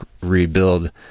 rebuild